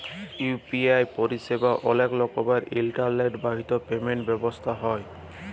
UPI পরিসেবা অলেক রকমের ইলটারলেট বাহিত পেমেল্ট ব্যবস্থা হ্যয়